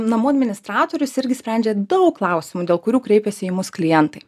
namų administratorius irgi sprendžia daug klausimų dėl kurių kreipiasi į mus klientai